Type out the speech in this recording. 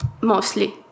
mostly